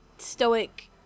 Stoic